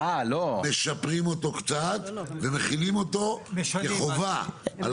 משפרים אותו קצת ומכינים אותו כחובה על